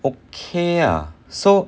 okay ah so